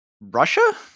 Russia